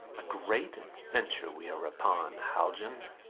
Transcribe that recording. a great adventure we are upon, haljan.